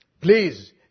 Please